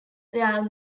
where